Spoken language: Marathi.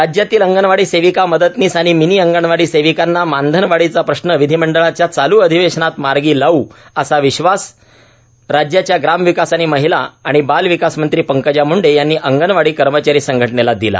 राज्यातील अंगणवाडी सेविकाए मदतनीस आणि मिनी अंगणवाडी सेविकांना मानधनवाढीचा प्रश्न विधीमंडळाच्या चालू अधिवेशनात मार्गी लावूए असा विश्वास राज्याच्या ग्रामविकास आणि महिला आणि बालविकास मंत्री पंकजा म्ंडे यांनी अंगणवाडी कर्मचारी संघटनेला दिला